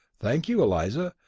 thank you, eliza.